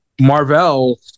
Marvel